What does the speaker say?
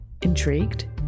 Intrigued